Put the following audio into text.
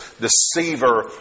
deceiver